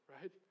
right